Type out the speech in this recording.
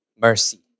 mercy